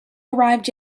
arrived